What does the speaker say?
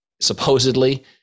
supposedly